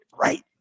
right